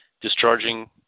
discharging